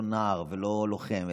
לא נער ולא לוחם,